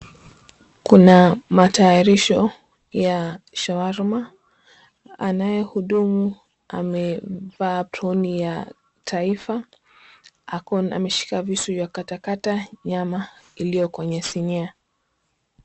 Kuna matayarisho ya shawarma, anayehudumu amevaa aproni ya taifa. Ako ameshika visu vya kukatakata nyama iliyo kwenye sinia.